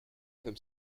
comme